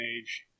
age